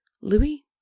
Louis